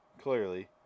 Clearly